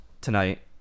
tonight